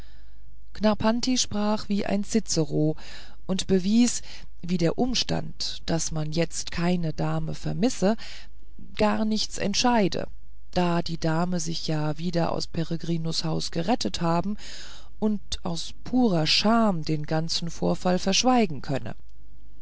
knarrpanti sprach wie ein cicero und bewies wie der umstand daß man jetzt keine dame vermisse gar nichts entscheide da die dame sich ja wieder aus peregrinus hause gerettet haben und aus purer scham den ganzen vorfall verschweigen könne